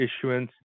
issuance